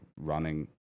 running